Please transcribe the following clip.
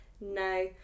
No